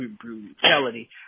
brutality